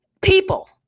People